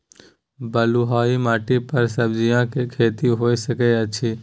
बलुआही माटी पर सब्जियां के खेती होय सकै अछि?